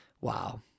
Wow